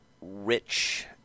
rich